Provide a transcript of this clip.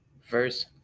First